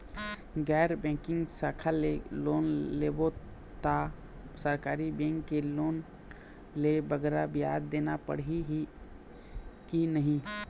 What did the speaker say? गैर बैंकिंग शाखा ले लोन लेबो ता सरकारी बैंक के लोन ले बगरा ब्याज देना पड़ही ही कि नहीं?